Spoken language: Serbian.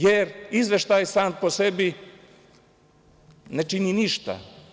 Jer, izveštaj sam po sebi ne čini ništa.